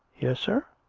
yes, sir?